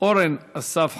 אורן אסף חזן.